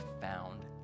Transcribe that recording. found